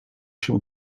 się